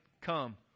come